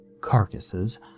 carcasses